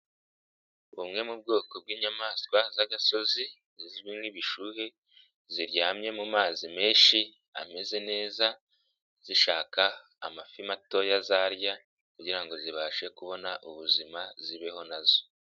Bumwe mu bwoko bw'inyamaswa zagasozi zizwi nk'ibishuhe ziryamye mazi menshi ameze neza zishaka amafi matoya zarya kugira ngo zibashe kubona ubuzima zibeho na zo.